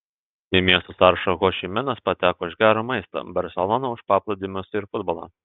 į miestų sąrašą ho ši minas pateko už gerą maistą barselona už paplūdimius ir futbolą